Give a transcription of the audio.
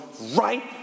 right